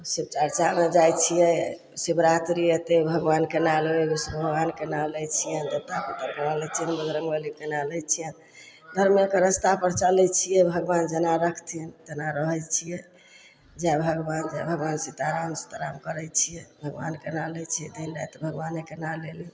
शिव चर्चामे जाइ छियै शिव रात्रि एतय भगवानके नाम लेबय विष्णु भगवानके नाम लै छियनि देवता पित्तरके नाम लै छियनि बजरंग बलीके नाम लै छियनि धर्मेके रास्तापर चलय छियै भगवान जेना रखथिन तेना रहय छियै जय भगवान जय भगवान सीता राम सीता राम करय छियै भगवानके नाम लै छियै दिन राति भगवानेके नाम लेलहुँ